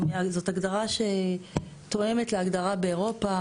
זאת הגדרה שתואמת להגדרה באירופה.